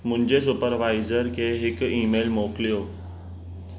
मुंहिंजे सुपरवाइज़र खे हिकु ईमेल मोकिलियो